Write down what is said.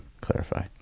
clarify